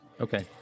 Okay